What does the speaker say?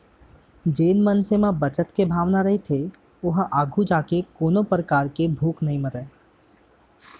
जेन मनसे के म बचत के भावना रइही ओहा आघू जाके कोनो परकार ले भूख नइ मरय